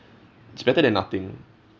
it's better than nothing